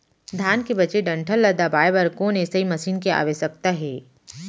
धान के बचे हुए डंठल ल दबाये बर कोन एसई मशीन के आवश्यकता हे?